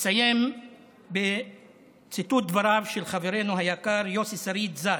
אסיים בציטוט דבריו של חברנו היקר יוסי שריד ז"ל,